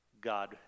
god